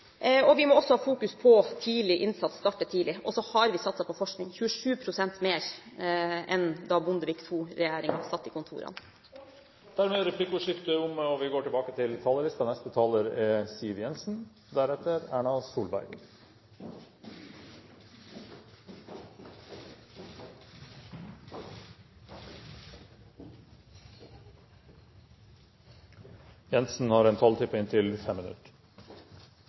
oppgavene. Vi må også ha fokus på tidlig innsats, starte tidlig, og vi har satset på forskning: 27 pst. mer enn da Bondevik II-regjeringen satt i kontorene. Replikkordskiftet er omme. Finanskrisen i Europa er også en